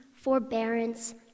forbearance